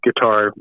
guitar